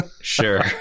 sure